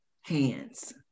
hands